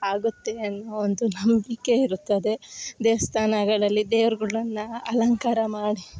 ಆಗುತ್ತೆ ಅನ್ನೋ ಒಂದು ನಂಬಿಕೆ ಇರುತ್ತದೆ ದೇವಸ್ಥಾನಗಳಲ್ಲಿ ದೇವ್ರುಗಳನ್ನು ಅಲಂಕಾರ ಮಾಡಿ